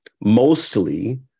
mostly